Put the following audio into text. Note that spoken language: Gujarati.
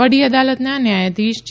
વડી અદાલતના ન્યાયાધીશ જે